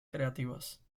creativas